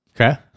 Okay